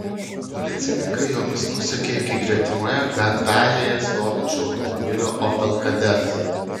policininkai jomis nusekė iki gretimoje gatvelėje stovinčio automobilio opel kadett